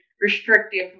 restrictive